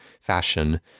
fashion